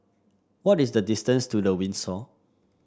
what is the distance to The Windsor